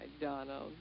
Donald